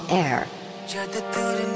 air